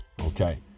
Okay